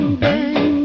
bang